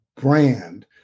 brand